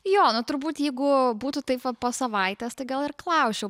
jo nu turbūt jeigu būtų taip va po savaitės tai gal ir klausčiau